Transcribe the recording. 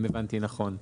אם הבנתי נכון.